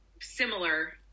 similar